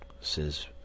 says